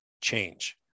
change